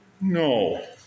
No